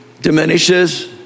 diminishes